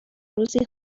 روزی